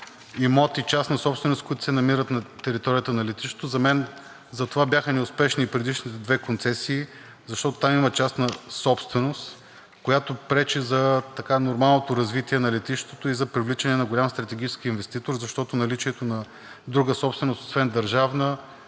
имоти частна собственост, които се намират на територията на летището. За мен затова бяха неуспешни предишните две концесии, защото там има частна собственост, която пречи за нормалното развитие на летището и за привличане на голям стратегически инвеститор, защото наличието на друга собственост, освен държавна,